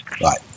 Right